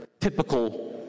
typical